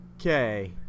Okay